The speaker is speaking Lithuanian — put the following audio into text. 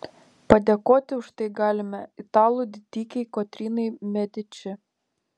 padėkoti už tai galime italų didikei kotrynai mediči